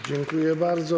Dziękuję bardzo.